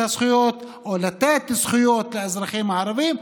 הזכויות או לתת זכויות לאזרחים הערבים,